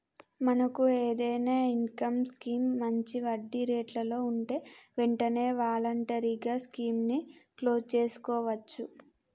మనకు ఏదైనా income scheme మంచి వడ్డీ రేట్లలో ఉంటే వెంటనే వాలంటరీగా స్కీమ్ ని క్లోజ్ సేసుకోవచ్చు